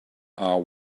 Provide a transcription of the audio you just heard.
are